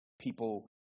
people